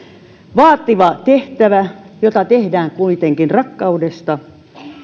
vaativa tehtävä jota tehdään kuitenkin rakkaudesta